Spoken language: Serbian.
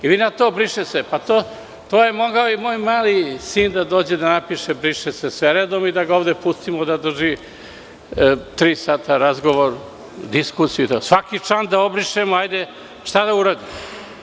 Vi na to briše se, to je mogao i moj mali sin da dođe da napiše – briše se; sve redom i da ga ovde pustimo da drži tri sata razgovor, diskusiju i da svaki član obrišemo, šta da uradimo?